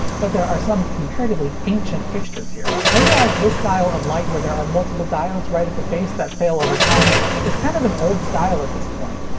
but there are some comparatively ancient fixtures here. i realize this style of light where there are multiple diodes right at the face that fail over time is kind of an old style at this point.